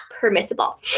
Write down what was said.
permissible